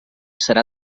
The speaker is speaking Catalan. serà